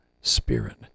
spirit